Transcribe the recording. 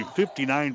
59